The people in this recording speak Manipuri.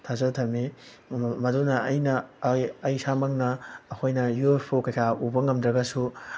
ꯊꯥꯖꯕ ꯊꯝꯃꯤ ꯃꯗꯨꯅ ꯑꯩꯅ ꯑꯩ ꯑꯩ ꯏꯁꯥꯃꯛꯅ ꯑꯩꯈꯣꯏꯅ ꯏꯌꯨ ꯑꯦꯐ ꯑꯣ ꯀꯩꯀꯥ ꯎꯕ ꯉꯝꯗ꯭ꯔꯒꯁꯨ